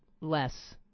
less